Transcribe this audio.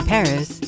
Paris